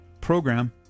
program